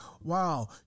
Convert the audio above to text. wow